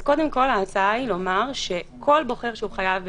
אז קודם כל ההצעה היא לומר שכל בוחר שחייב בבידוד,